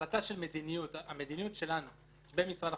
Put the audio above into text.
המדיניות שלנו במשרד החקלאות,